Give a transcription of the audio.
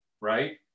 right